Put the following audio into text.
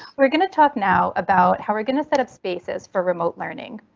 we're going to talk now about how we're going to set up spaces for remote learning.